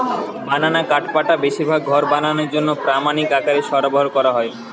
বানানা কাঠপাটা বেশিরভাগ ঘর বানানার জন্যে প্রামাণিক আকারে সরবরাহ কোরা হয়